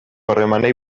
harremanei